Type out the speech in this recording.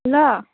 hello